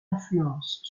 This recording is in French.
influence